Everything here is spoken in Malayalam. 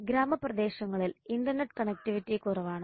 ഗ്രാമപ്രദേശങ്ങളിൽ ഇന്റർനെറ്റ് കണക്റ്റിവിറ്റി കുറവാണ്